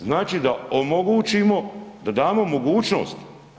Znači da omogućimo, da damo mogućnost.